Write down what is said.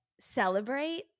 celebrate